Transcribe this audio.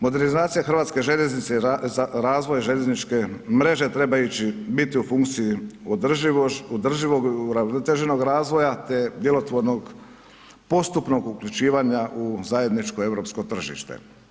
Modernizacija hrvatske željeznice i razvoj željezničke mreže treba ići, biti u funkciji održivog uravnoteženog razvoja, te djelotvornog postupnog uključivanja u zajedničko europsko tržište.